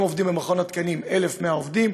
כיום עובדים במכון התקנים 1,100 עובדים.